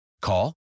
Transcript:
Call